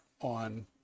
on